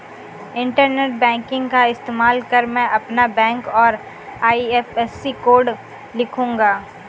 internet banking का इस्तेमाल कर मैं अपना बैंक और आई.एफ.एस.सी कोड लिखूंगा